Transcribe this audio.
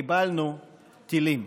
קיבלנו טילים.